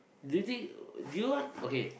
do you think do you want okay